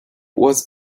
was